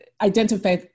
identify